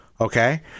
Okay